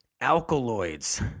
alkaloids